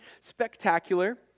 spectacular